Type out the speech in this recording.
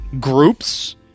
groups